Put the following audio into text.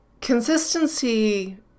consistency